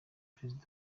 perezida